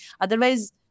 Otherwise